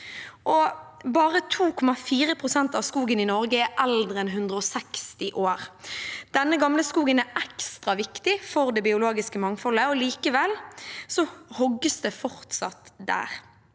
Bare 2,4 pst. av skogen i Norge er eldre enn 160 år. Denne gamle skogen er ekstra viktig for det biologiske mangfoldet, og likevel hogges det fortsatt der.